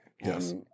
Yes